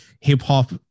hip-hop